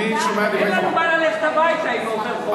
אין לנו מה ללכת הביתה אם עובר חוק כזה.